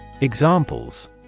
Examples